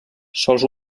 sols